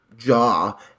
jaw